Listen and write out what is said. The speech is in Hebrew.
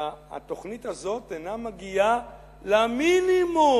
שהתוכנית הזאת אינה מגיעה למינימום,